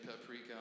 paprika